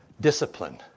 discipline